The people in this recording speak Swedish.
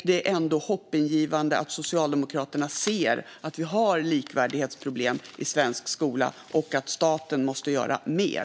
Det är ändå hoppingivande att Socialdemokraterna ser att vi har likvärdighetsproblem i svensk skola och att staten måste göra mer.